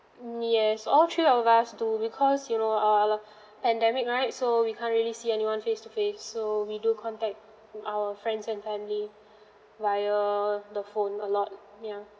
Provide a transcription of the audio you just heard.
yes all three of us do because you know uh pandemic right so we can't really see anyone face to face so we do contact our friends and family via the phone a lot yeah